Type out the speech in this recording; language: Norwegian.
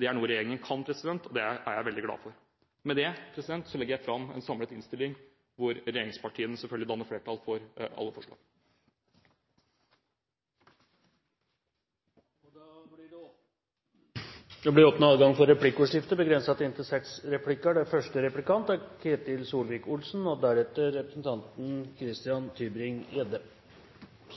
Det er noe regjeringen kan, og det er jeg veldig glad for. Med det legger jeg fram en samlet innstilling, hvor regjeringspartiene selvfølgelig danner flertall for alle forslag. Det blir replikkordskifte. Representanten prøvde å gi et inntrykk av at dette statsbudsjettet er godt tilpasset situasjonen. Men for to dager siden innrømmet finansministeren at vekstanslagene måtte